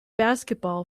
basketball